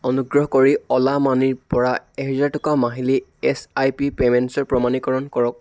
অনুগ্ৰহ কৰি অ'লা মানিৰ পৰা এহেজাৰ টকা মাহিলী এছ আই পি পে'মেণ্টচৰ প্ৰমাণীকৰণ কৰক